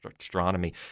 astronomy